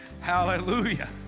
Hallelujah